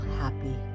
happy